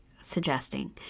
suggesting